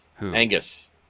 Angus